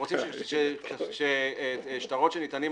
בטח שכתוב.